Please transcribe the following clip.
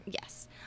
Yes